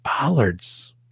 Bollards